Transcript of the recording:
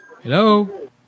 Hello